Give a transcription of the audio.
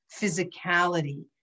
physicality